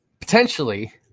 potentially